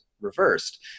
reversed